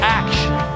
action